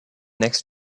next